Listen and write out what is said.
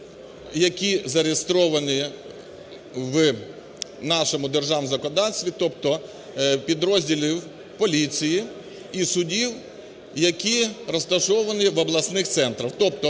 які зареєстровані в нашому державному законодавстві, тобто підрозділів поліції і судів, які розташовані в обласних центрах.